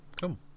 cool